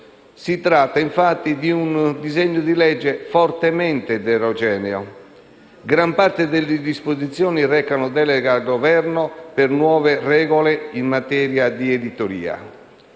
Si tratta, infatti, di un disegno di legge fortemente eterogeneo: gran parte delle disposizioni recano delega al Governo per nuove regole in materia di editoria;